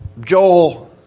Joel